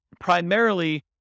primarily